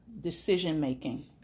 decision-making